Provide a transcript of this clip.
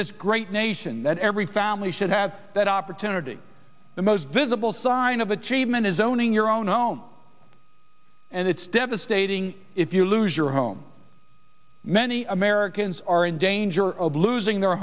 this great nation that every family should have that opportunity the most visible sign of achievement is owning your own home and it's devastating if you lose your home many americans are in danger of losing their